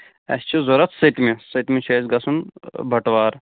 اَسہِ چھُ ضروٗرت سٔتمہِ سٔتمہِ چھُ اَسہِ گژھُن بَٹوار